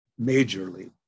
majorly